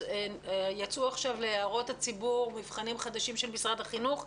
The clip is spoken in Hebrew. יצאו עכשיו להערות הציבור מבחנים חדשים של משרד התרבות והספורט.